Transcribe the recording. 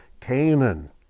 Canaan